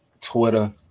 Twitter